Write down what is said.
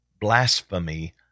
blasphemy